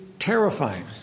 terrifying